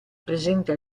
presente